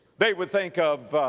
they would think of, ah,